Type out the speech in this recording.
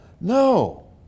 no